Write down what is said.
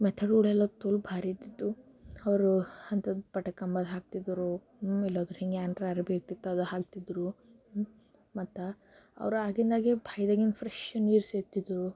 ಮೆಥಡ್ಗಳೆಲ್ಲ ತೋಲ್ ಭಾರಿ ಇದ್ದಿದ್ದವು ಅವರು ಅಂಥದ್ದು ಪಟ್ಟು ಕಂಬದ್ದು ಹಾಕ್ತಿದ್ರು ಇಲ್ಲಾದ್ರೆ ಹಿಂಗೆ ಯಾರನ್ನ ಅರ್ಬಿ ಅದು ಹಾಕ್ತಿದ್ದರು ಮತ್ತು ಅವರು ಆಗಿಂದಾಗ್ಲೇ ಭಾಯ್ದಗಿಂದು ಫ್ರೆಶ್ ನೀರು ಸೇದ್ತಿದ್ದರು